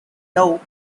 low